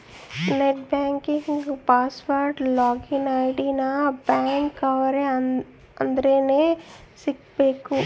net banking password login ID ನ bank ಅವ್ರ ಅತ್ರ ನೇ ಇಸ್ಕಬೇಕು